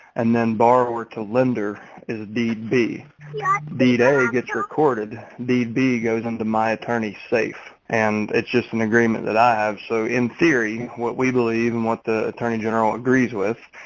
and then borrower to lender is the be the data gets recorded, the b goes into my attorney safe and it's just an agreement that i have. so in theory, what we believe in what the attorney general agrees with,